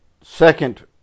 second